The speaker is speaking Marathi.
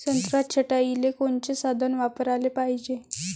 संत्रा छटाईले कोनचे साधन वापराले पाहिजे?